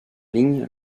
ligne